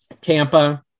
Tampa